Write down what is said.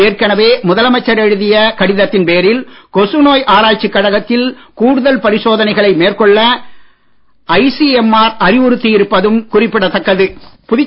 ஏற்கனவே முதலமைச்சர் எழுதிய கடிதத்தின் பேரில் கொசு நோய் ஆராய்ச்சிக் கழகத்தில் கூடுதல் பரிசோதனைகளை மேற்கொள்ள ஐசிஎம்ஆர் அறிவுறுத்தி இருப்பது குறித்தும் இவர்கள் கேட்டறிந்தனர்